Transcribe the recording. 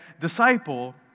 Disciple